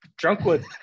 Drunkwood